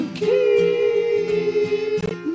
keep